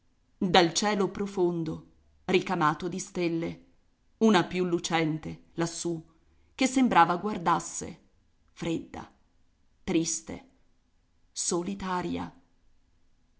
dal cielo profondo ricamato di stelle una più lucente lassù che sembrava guardasse fredda triste solitaria